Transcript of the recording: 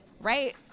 right